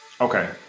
Okay